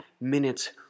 minutes